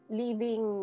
leaving